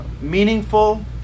meaningful